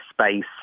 space